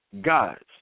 Gods